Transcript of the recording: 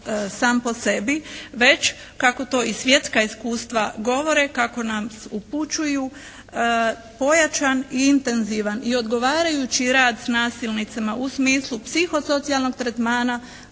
sam po sebi, već kako to i svjetska iskustva govore, kako nam upućuju pojačan i intenzivan i odgovarajući rad s nasilnicima u smislu psihosocijalnog tretmana